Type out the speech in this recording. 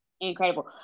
Incredible